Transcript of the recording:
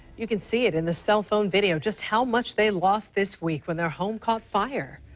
you can see it in the cell phone video just how much they lost this week when their home caught fire.